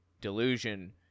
delusion